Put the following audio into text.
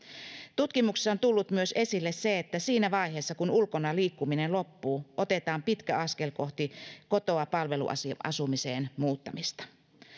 tutkimuksissa on tullut myös esille se että siinä vaiheessa kun ulkona liikkuminen loppuu otetaan pitkä askel kohti kotoa palveluasumiseen muuttamista